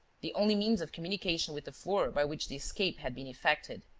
the only means of communication with the floor by which the escape had been effected.